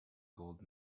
gold